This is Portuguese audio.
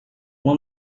uma